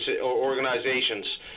organizations